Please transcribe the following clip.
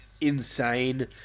insane